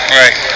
right